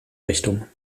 richtung